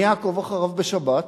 מי יעקוב אחריו בשבת?